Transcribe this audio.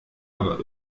aber